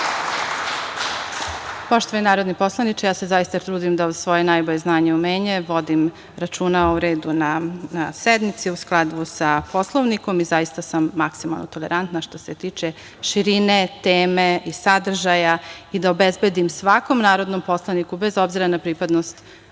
Poštovani narodni poslaniče, ja se zaista trudim da uz svoje najbolje znanje i umenje vodim računa o redu na sednici, u skladu sa Poslovnikom. Zaista sam maksimalno tolerantna što se tiče širine teme i sadržaja i da obezbedim svakom narodnom poslaniku, bez obzira na pripadnost